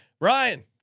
Ryan